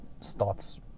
starts